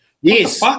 yes